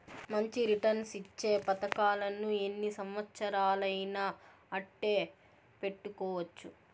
మంచి రిటర్న్స్ ఇచ్చే పతకాలను ఎన్ని సంవచ్చరాలయినా అట్టే పెట్టుకోవచ్చు